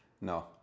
no